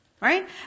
Right